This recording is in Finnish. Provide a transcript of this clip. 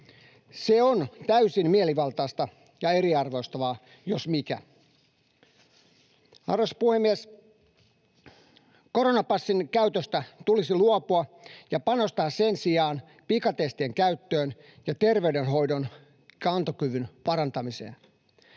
Se on täysin mielivaltaista ja eriarvoistavaa jos mikä. Arvoisa puhemies! Koronapassin käytöstä tulisi luopua ja panostaa sen sijaan pikatestien käyttöön ja terveydenhoidon kantokyvyn parantamiseen.